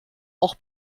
auch